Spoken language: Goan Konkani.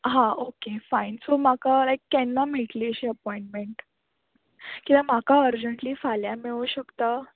हा ओके फायन सो म्हाका लायक केन्ना मेळटली अशी एपॉयन्टमेंट कित्याक म्हाका अर्जंटली फाल्यां मेळूं शकता